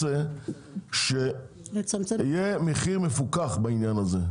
אני רוצה שיהיה מחיר מפוקח בעניין הזה.